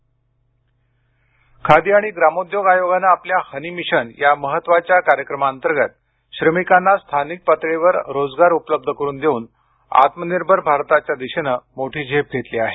खादी आत्मनिर्भर खादी आणि ग्रामोद्योग आयोगानं आपल्या हनी मिशन या महत्त्वाच्या कार्यक्रमाअंतर्गत श्रमिकांना स्थानिक पातळीवर रोजगार उपलब्ध करून देऊन आत्मनिर्भर भारताच्या दिशेनं मोठी झेप घेतली आहे